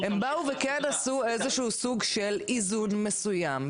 הם כן עשו איזה סוג של איזון מסוים.